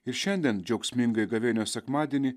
ir šiandien džiaugsmingąjį gavėnios sekmadienį